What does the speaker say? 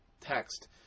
text